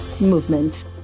movement